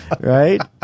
Right